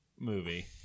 movie